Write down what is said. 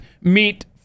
meet